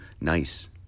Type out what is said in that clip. nice